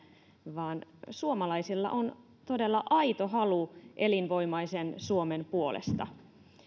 vaan suomalaisilla on todella aito halu elinvoimaisen suomen puolesta